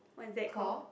what is that called